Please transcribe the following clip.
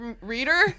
reader